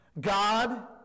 God